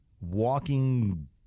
Walking